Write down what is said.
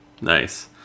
Nice